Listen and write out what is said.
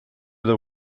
the